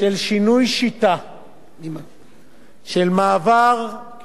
של מעבר הצמדה פנסיוני,